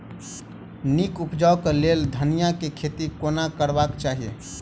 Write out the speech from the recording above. नीक उपज केँ लेल धनिया केँ खेती कोना करबाक चाहि?